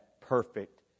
perfect